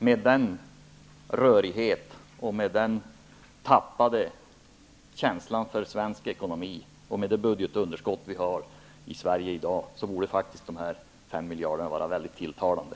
Mot bakgrund av rörigheten, den tappade känslan för svensk ekonomi och det budgetunderskott vi har i Sverige i dag borde dessa fem miljarder faktiskt vara mycket tilltalande.